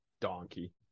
donkey